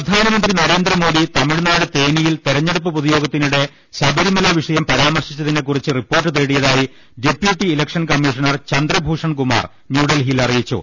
പ്രധാനമന്ത്രി നരേന്ദ്രമോദി തമിഴ്നാട് തേനിയിൽ തെരഞ്ഞെ ടുപ്പ് പൊതുയോഗത്തിനിടെ ശബരിമല് വിഷയം പരാമർശിച്ച തിനെക്കുറിച്ച് report തേടിയതായി deputy election കമ്മീ ഷണർ Chandrabhushan Kumar ന്യൂഡൽഹിയിൽ അറിയിച്ചു